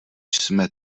jsme